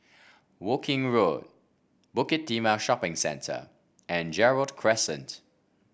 Woking Road Bukit Timah Shopping Centre and Gerald Crescent